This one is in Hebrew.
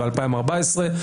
בשנת 2014,